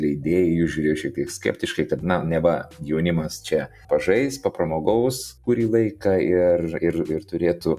leidėjai į jus žiūrėjo kiek skeptiškai kad na neva jaunimas čia pažais papramogaus kurį laiką ir ir ir turėtų